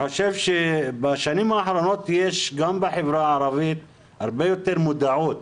בשנים האחרונות יש גם בחברה הערבית הרבה יותר מודעות